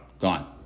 Gone